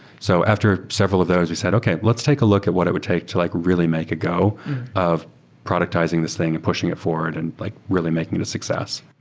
so after several of those we said, okay. let's take a look at what it would take to like really make a go of productizing this thing and pushing it forward and like really making it a success